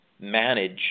manage